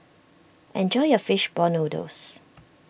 enjoy your Fish Ball Noodles